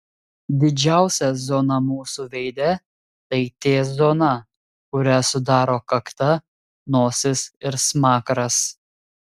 didžiausia zona mūsų veide tai t zona kurią sudaro kakta nosis ir smakras